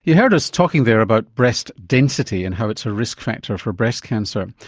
you heard us talking there about breast density and how it's a risk factor for breast cancer.